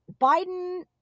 biden